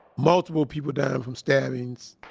multiple people dying from stabbings.